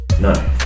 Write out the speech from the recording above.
No